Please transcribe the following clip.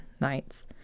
nights